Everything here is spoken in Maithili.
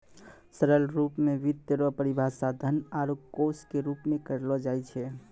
सरल रूप मे वित्त रो परिभाषा धन आरू कोश के रूप मे करलो जाय छै